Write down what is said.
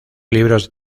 libros